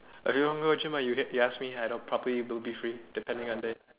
or if you want go gym ah you can you ask me I don~ probably will be free depending on day